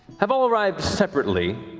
have all arrived separately,